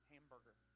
Hamburger